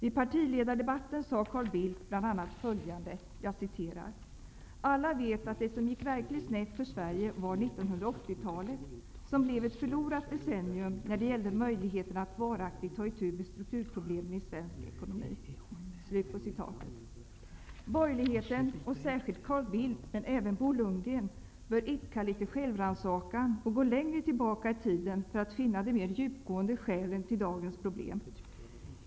I partiledardebatten sade Carl Bildt bl.a. följande: ''Alla vet att det som gick verkligt snett för Sverige var 1980-talet, som blev ett förlorat decennium när det gällde möjligheten att varaktigt ta itu med strukturproblemen i svensk ekonomi.'' Borgerligheten, och särskilt Carl Bildt men även Bo Lundgren, bör idka litet självrannsakan och gå längre tillbaka i tiden för att finna de mer djupgående skälen till dagens problem.